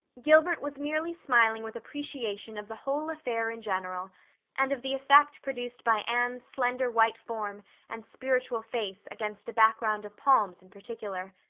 gilbert was merely smiling with appreciation of the whole affair in general and of the effect produced by anne's slender white form and spiritual face against a background of palms in particular.